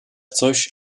coś